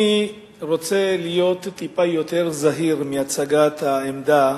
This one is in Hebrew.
אני רוצה להיות טיפה יותר זהיר מהצגת העמדה